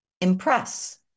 impress